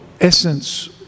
essence